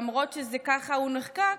למרות שכך הוא נחקק,